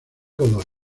godoy